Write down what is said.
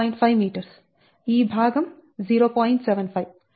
5m ఈ భాగం 0